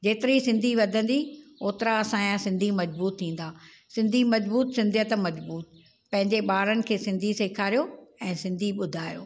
जेतिरी सिंधी वधंदी ओतिरा असांजा सिंधी मज़बूत थींदा सिंधी मज़बूत सिंधियत मज़बूत पंहिंजे ॿारनि खे सिंधी सेखारियो ऐं सिंधी ॿुधायो